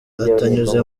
atanyuze